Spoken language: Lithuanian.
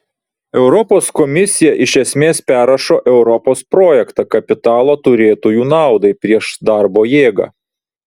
europos komisija iš esmės perrašo europos projektą kapitalo turėtojų naudai prieš darbo jėgą